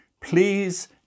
Please